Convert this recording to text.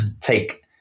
take